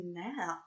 now